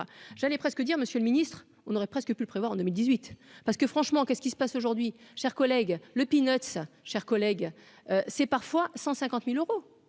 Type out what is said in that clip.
j'allais presque dire Monsieur le Ministre, on aurait presque pu prévoir en 2018 parce que, franchement, qu'est-ce qui se passe aujourd'hui, chers collègues, le peanuts, chers collègues, c'est parfois 150000 euros,